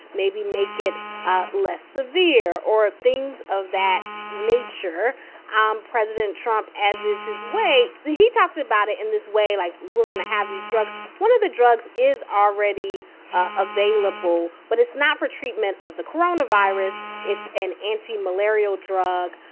maybe make it ah less severe or things of that nature um president president trump, as is his way, he talked about it in this way, like, we're going to have these drugs. one of the drugs is already available, but it's not for treatment of the coronavirus. it's an anti-malarial drug,